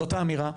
זאת האמירה.